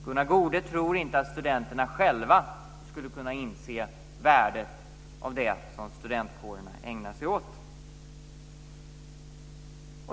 Gunnar Goude tror inte att studenterna själva skulle kunna inse värdet av det som studentkårerna ägnar sig åt.